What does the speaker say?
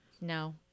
No